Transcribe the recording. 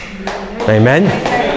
Amen